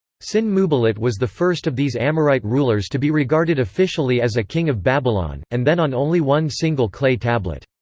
sin-muballit was the first of these amorite rulers to be regarded officially as a king of babylon, and then on only one single clay tablet.